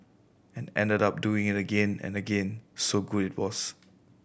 and ended up doing it again and again so good it was